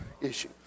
issue